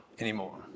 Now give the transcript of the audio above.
anymore